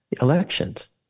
elections